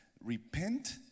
Repent